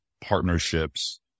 partnerships